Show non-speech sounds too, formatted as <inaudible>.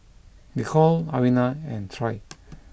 Nicole Alvina and Troy <noise>